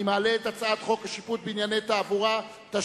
אני מעלה את הצעת חוק שיפוט בענייני תעבורה (תשריר,